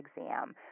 exam